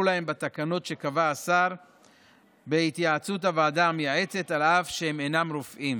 להם בתקנות שקבע השר בהתייעצות עם הוועדה המייעצת אף שהם אינם רופאים.